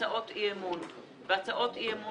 הגישה הצעות אי אמון והצעות אי אמון